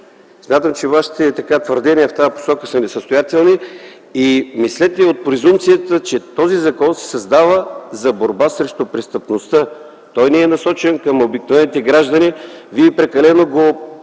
Смятам, че Вашите твърдения в тази посока са несъстоятелни. Мислете от презумпцията, че този закон се създава за борба срещу престъпността. Той не е насочен към обикновените граждани. Вие го